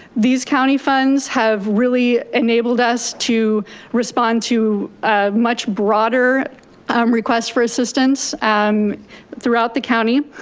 these county funds have really enabled us to respond to much broader um requests for assistance um throughout the county.